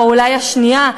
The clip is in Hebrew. או אולי השנייה,